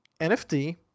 NFT